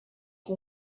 que